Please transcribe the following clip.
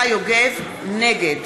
נגד